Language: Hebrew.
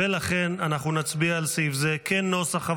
ולכן אנחנו נצביע על סעיף זה כנוסח הוועדה,